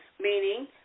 meaning